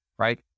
right